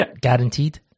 guaranteed